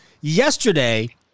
Yesterday